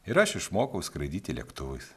ir aš išmokau skraidyti lėktuvais